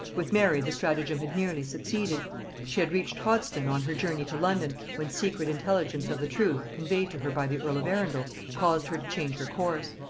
with mary the stratagem had nearly succeeded she had reached hoddesdon on her journey to london, when secret intelligence of the truth, conveyed to her by the earl of arundel, caused her to change her course.